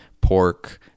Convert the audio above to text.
pork